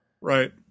right